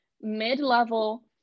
mid-level